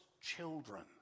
children